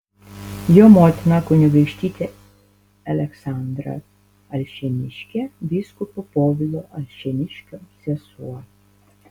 jo motina kunigaikštytė aleksandra alšėniškė vyskupo povilo alšėniškio sesuo